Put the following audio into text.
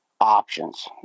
options